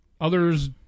others